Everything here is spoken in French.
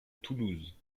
toulouse